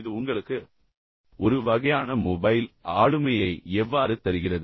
இது உங்களுக்கு ஒரு வகையான மொபைல் ஆளுமையை எவ்வாறு தருகிறது